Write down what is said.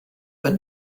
but